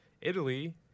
Italy